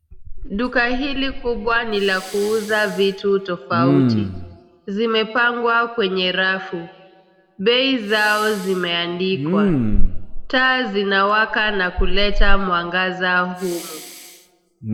Duka hili kubwa ni la kuuza vitu tofauti. Zimepangwa kwenye rafu. Bei zao zimeandikwa. Taa zinawaka na kuleta mwangaza humu.